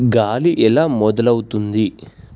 గాలి ఎలా మొదలవుతుంది?